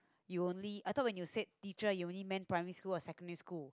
you only I thought when you said teacher you only meant primary school or secondary school